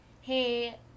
hey